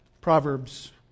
Proverbs